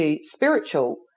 spiritual